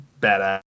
badass